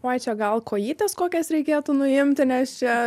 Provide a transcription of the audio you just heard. oi čia gal kojytes kokias reikėtų nuimti nes čia